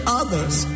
others